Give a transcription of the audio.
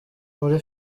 muri